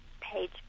page